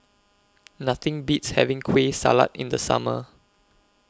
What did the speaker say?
Nothing Beats having Kueh Salat in The Summer